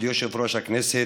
כבוד יושב-ראש הכנסת,